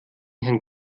herrn